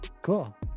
Cool